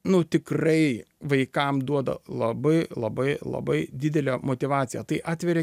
nu tikrai vaikam duoda labai labai labai didelę motyvaciją tai atveria